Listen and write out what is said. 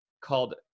called